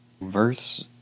Verse